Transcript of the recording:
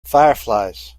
fireflies